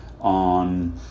on